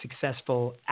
successful